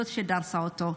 היא זאת שדרסה אותו.